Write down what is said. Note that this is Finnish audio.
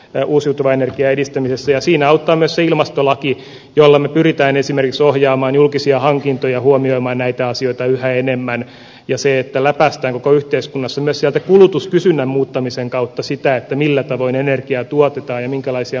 ne uusiutuva energia edistänyt ja siinä auttamisilmastolaki jolla pyritään esimerkiks ohjaamaan julkisia hankintoja huomioimaan näitä asioita yhä enemmän ja se että läpäistä koko yhteiskunnassamme sieltä kulutuskysynnän muuttamisen kautta sitä että millä tavoin energia tuote tai minkälaisia